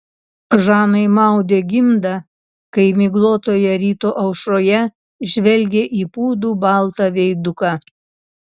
žanai maudė gimdą kai miglotoje ryto aušroje žvelgė į pūdų baltą veiduką